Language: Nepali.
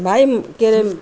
भाइ के अरे